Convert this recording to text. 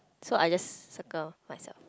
so I just circle myself